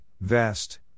vest